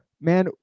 man